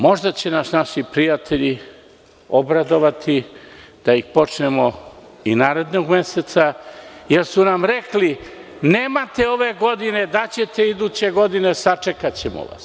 Možda će nas naši prijatelji obradovati da ih počnemo i narednog meseca, jer su nam rekli – nemate ove godine, daćete iduće godine, sačekaćemo vas.